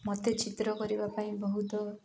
ମୋତେ ଚିତ୍ର କରିବା ପାଇଁ ବହୁତ